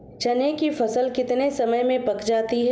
चने की फसल कितने समय में पक जाती है?